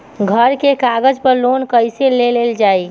घर के कागज पर लोन कईसे लेल जाई?